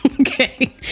Okay